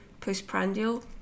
postprandial